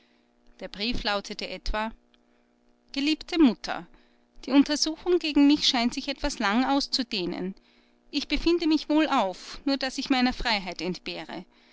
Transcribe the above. der brief lautete etwa geliebte mutter die untersuchung gegen mich scheint sich etwas lang auszudehnen ich befinde mich wohlauf nur daß ich meiner freiheit entbehre